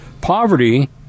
poverty